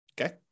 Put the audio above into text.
Okay